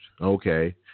Okay